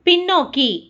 பின்னோக்கி